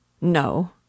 No